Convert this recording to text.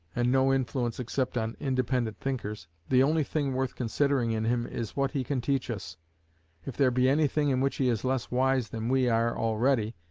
and no influence except on independent thinkers, the only thing worth considering in him is what he can teach us if there be anything in which he is less wise than we are already,